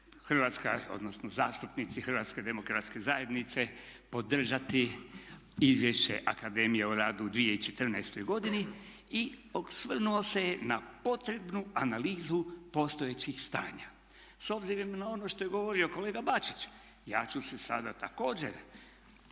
Hrvatska, odnosno zastupnici Hrvatske demokratske zajednice podržati Izvješće Akademije o radu u 2014. godini i osvrnuo se je na potrebnu analizu postojećih stanja. S obzirom na ono što je govorio kolega Bačić, ja ću se sada također